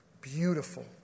beautiful